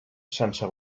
sense